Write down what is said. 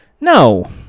No